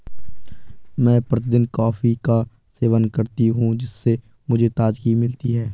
मैं प्रतिदिन कॉफी का सेवन करती हूं जिससे मुझे ताजगी मिलती है